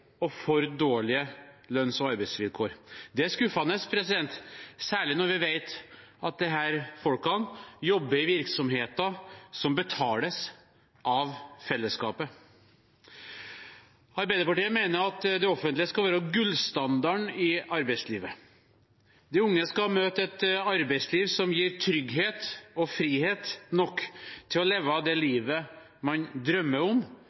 og for dårlige lønns- og arbeidsvilkår. Det er skuffende, særlig når vi vet at disse folkene jobber i virksomheter som betales av fellesskapet. Arbeiderpartiet mener at det offentlige skal være gullstandarden i arbeidslivet. De unge skal møte et arbeidsliv som gir trygghet og frihet nok til å leve det livet man drømmer om